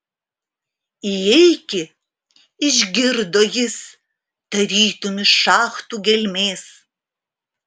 įeiki išgirdo jis tarytum iš šachtų gelmės